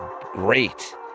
great